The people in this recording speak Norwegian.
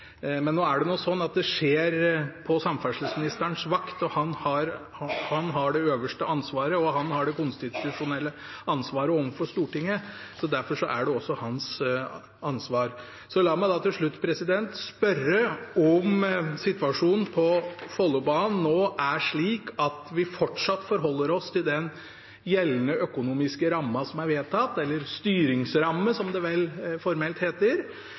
Men nå er det sånn at det skjer på samferdselsministerens vakt. Han har det øverste ansvaret, og han har det konstitusjonelle ansvaret overfor Stortinget. Derfor er det også hans ansvar. La meg da til slutt spørre om situasjonen på Follobanen nå er slik at vi fortsatt forholder oss til den gjeldende økonomiske ramma som er vedtatt, eller styringsramme, som det vel formelt heter.